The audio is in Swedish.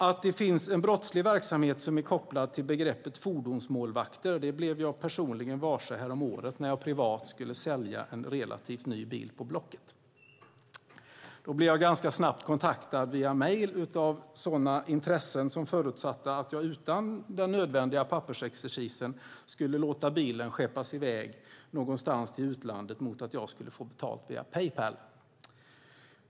Att det finns en brottslig verksamhet som är kopplad till begreppet fordonsmålvakter blev jag personligen varse häromåret när jag privat skulle sälja en relativt ny bil på blocket. Jag blev ganska snabbt kontaktad via mejl av sådana intressen som förutsatte att jag utan den nödvändiga pappersexercisen skulle låta bilen skeppas i väg någonstans till utlandet mot att jag skulle få betalt via Paypal.